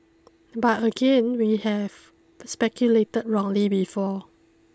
but again we have speculated wrongly before